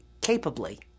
capably